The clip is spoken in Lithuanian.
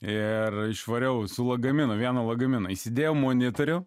ir išvariau su lagaminu vieną lagaminą įsidėjo monitorių